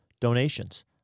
donations